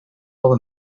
all